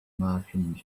martians